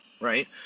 right